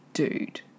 Dude